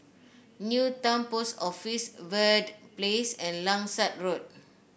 Newton Post Office Verde Place and Langsat Road